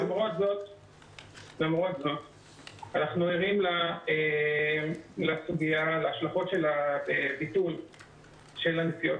למרות זאת אנחנו ערים להשלכות של ביטול הנסיעות